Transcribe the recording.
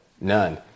None